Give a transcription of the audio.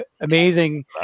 amazing